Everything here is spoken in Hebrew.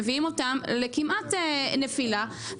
מביאים אותם לכמעט נפילה,